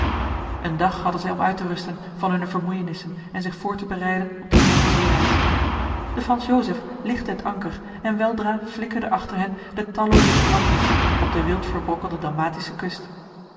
een dag hadden zij om uit te rusten van hunne vermoeienissen en zich voor te bereiden op de groote zeereis de frans joseph lichtte het anker en weldra flikkerden achter hen de tallooze strandlichten op de wild verbrokkelde dalmatische kust